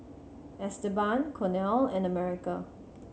Esteban Cornel and America